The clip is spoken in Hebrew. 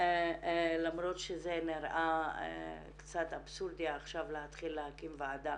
למרות שזה נראה קצת אבסורדי עכשיו להתחיל להקים ועדה